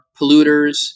polluters